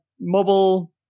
mobile